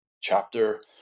chapter